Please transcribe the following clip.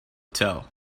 tell